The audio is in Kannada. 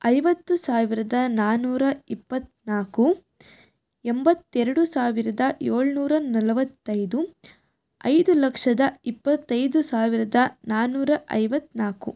ಐವತ್ತು ಸಾವಿರದ ನಾನೂರ ಇಪ್ಪತ್ನಾಲ್ಕು ಎಂಬತ್ತೆರಡು ಸಾವಿರದ ಏಳುನೂರ ನಲವತ್ತೈದು ಐದು ಲಕ್ಷದ ಇಪ್ಪತ್ತೈದು ಸಾವಿರದ ನಾನೂರ ಐವತ್ನಾಲ್ಕು